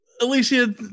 Alicia